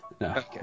No